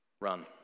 run